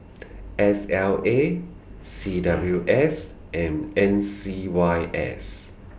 S L A C W S and M C Y S